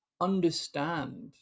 understand